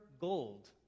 gold